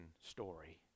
story